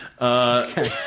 Okay